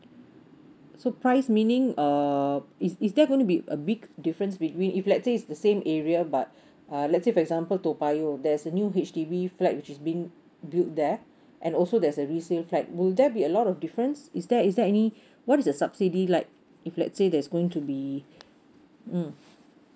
so price meaning err is is there gonna be a big difference between if let say is the same area but uh let's say for example toa payoh there's a new H_D_B flat which is being built there and also there's a resale flat would there be a lot of difference is there is there any what is the subsidy like if let's say there's going to be mm